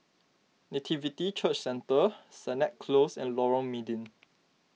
Nativity Church Centre Sennett Close and Lorong Mydin